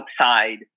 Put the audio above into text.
outside